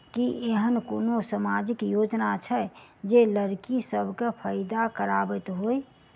की एहेन कोनो सामाजिक योजना छै जे लड़की सब केँ फैदा कराबैत होइ?